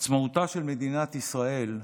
עצמאותה של מדינת ישראל,